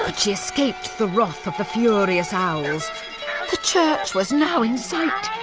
but she escaped the wrath of the furious owls the church was now in sight!